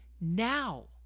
now